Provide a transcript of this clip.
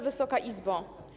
Wysoka Izbo!